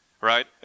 Right